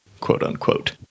quote-unquote